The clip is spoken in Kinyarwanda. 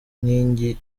nkingi